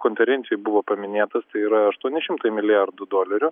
konferencijoj buvo paminėtas tai yra aštuoni šimtai milijardų dolerių